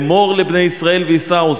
אמרו לבני ישראל וייסעו.